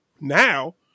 Now